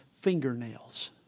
fingernails